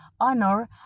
honor